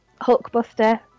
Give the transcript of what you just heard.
hulkbuster